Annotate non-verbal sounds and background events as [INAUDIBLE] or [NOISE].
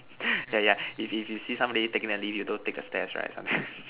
[BREATH] yeah yeah if you see some lady taking the lift you go take the stairs right something like [LAUGHS]